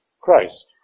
Christ